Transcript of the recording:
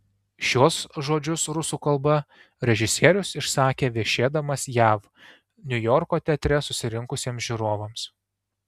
šiuos žodžius rusų kalba režisierius išsakė viešėdamas jav niujorko teatre susirinkusiems žiūrovams